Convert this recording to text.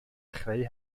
chreu